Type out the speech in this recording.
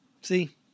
See